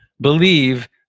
believe